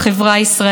ובאמת,